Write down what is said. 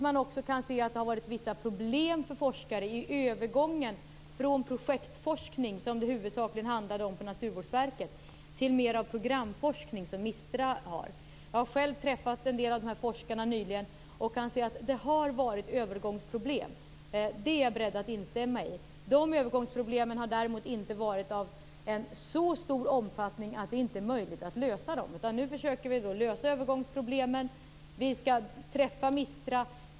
Man har sett att det har varit vissa problem för forskare i övergången från projektforskning, som det huvudsakligen handlade om på Naturvårdsverket, till mer av programforskning, som MISTRA har. Jag har själv träffat en del av dessa forskare nyligen. Det har varit övergångsproblem. Det är jag beredd att instämma i. De övergångsproblemen har däremot inte varit av en så stor omfattning att det inte är möjligt att lösa dem. Nu försöker vi att lösa övergångsproblemen. Vi skall träffa MISTRA.